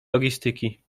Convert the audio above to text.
logistyki